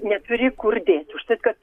neturi kur dėt už tad kad